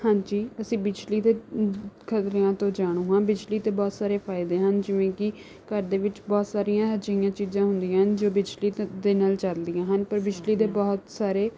ਹਾਂਜੀ ਅਸੀਂ ਬਿਜਲੀ ਦੇ ਖ਼ਤਰਿਆਂ ਤੋਂ ਜਾਣੂ ਹਾਂ ਬਿਜਲੀ ਦੇ ਬਹੁਤ ਸਾਰੇ ਫਾਇਦੇ ਹਨ ਜਿਵੇਂ ਕਿ ਘਰ ਦੇ ਵਿੱਚ ਬਹੁਤ ਸਾਰੀਆਂ ਅਜਿਹੀਆਂ ਚੀਜ਼ਾਂ ਹੁੰਦੀਆਂ ਹਨ ਜੋ ਬਿਜਲੀ ਦ ਦੇ ਨਾਲ ਚੱਲਦੀਆਂ ਹਨ ਪਰ ਬਿਜਲੀ ਦੇ ਬਹੁਤ ਸਾਰੇ